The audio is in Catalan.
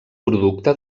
producte